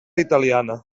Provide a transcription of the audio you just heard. italiana